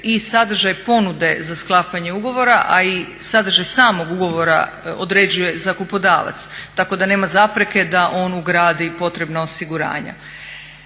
i sadržaj ponude za sklapanje ugovora, a i sadržaj samog ugovora određuje zakupodavaca, tako da nema zapreke da on ugradi potrebna osiguranja.